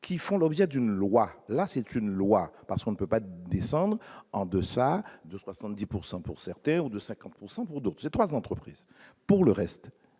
qui font l'objet d'une loi, là c'est une loi parce qu'on ne peut pas descendre en deçà de 70 pourcent pour certains ou de 50 pourcent pour d'autres, ces 3 entreprises, pour le reste,